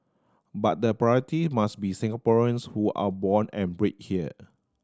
but the priority must be Singaporeans who are born and bred here